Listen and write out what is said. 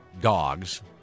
dogs